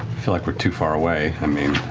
feel like we're too far away. i mean,